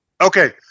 okay